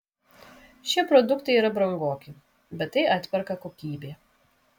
šie produktai yra brangoki bet tai atperka kokybė